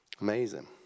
Amazing